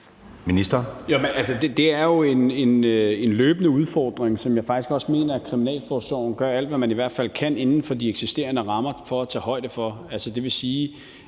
det er jo en løbende udfordring, som jeg faktisk også mener kriminalforsorgen gør alt, hvad de kan, for at tage højde for inden for de eksisterende rammer. Altså, det vil sige,